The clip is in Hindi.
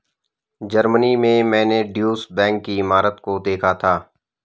जर्मनी में मैंने ड्यूश बैंक की इमारत को देखा था